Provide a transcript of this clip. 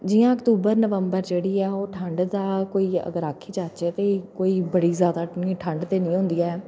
जियां अक्तूबर नवंबर जेह्ड़ी ऐ ओह् ठंड तां कोई अगर आक्खी जाह्चै ते कोई बड़ी जैदा इन्नी ठंड ते निं होंदी ऐ